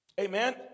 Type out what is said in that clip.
Amen